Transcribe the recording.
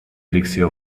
elixir